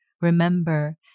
remember